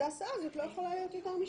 ההסעה הזאת לא יכולה להיות יותר משעה.